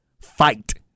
fight